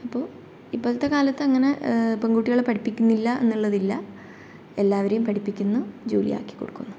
അപ്പോൾ ഇപ്പോളത്തെ കാലത്ത് അങ്ങനെ പെൺകുട്ടികളെ പഠിപ്പിക്കുന്നില്ല എന്നുള്ളതില്ല എല്ലാവരെയും പഠിപ്പിക്കുന്നു ജോലി ആക്കിക്കൊടുക്കുന്നു